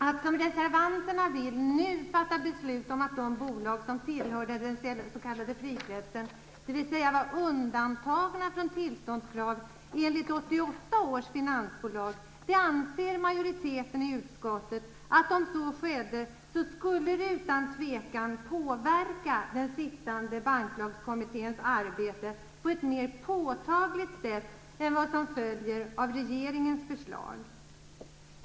Att som reservanterna vill nu fatta beslut om att de bolag som tillhörde den s.k. frikretsen - dvs. var undantagna från tillståndskrav enligt 1988 års finansbolagslag - skulle enligt majoriteten i utskottet utan tvivel påverka den sittande Banklagskommitténs arbete på ett mer påtagligt sätt än vad som följer av regeringens förslag.